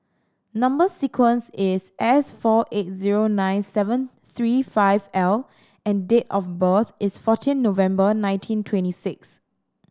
number sequence is S four eight zero nine seven three five L and date of birth is fourteen November nineteen twenty six